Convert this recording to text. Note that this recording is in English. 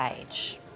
age